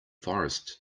forest